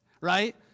Right